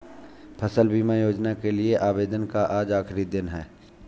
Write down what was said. फसल बीमा योजना के लिए आवेदन का आज आखरी दिन है